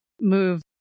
move